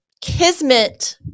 kismet-